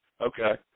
Okay